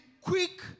quick